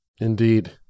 Indeed